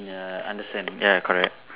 ya understand ya correct